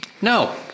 No